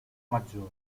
maggiore